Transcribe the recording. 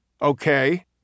Okay